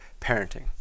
Parenting